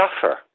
suffer